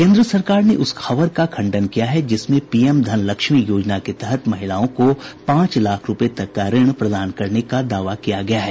केन्द्र सरकार ने उस खबर का खंडन किया है जिसमें पीएम धन लक्ष्मी योजना के तहत महिलाओं को पांच लाख रूपये तक का ऋण प्रदान करने का दावा किया गया है